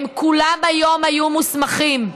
הם כולם היום היו מוסמכים.